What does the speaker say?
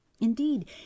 Indeed